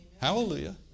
Hallelujah